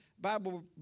Bible